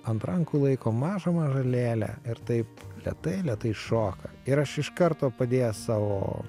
ant rankų laiko mažą mažą lėlę ir taip lėtai lėtai šoka ir aš iš karto padėjęs savo